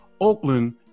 Oakland